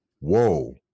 whoa